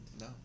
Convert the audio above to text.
No